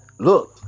Look